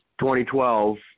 2012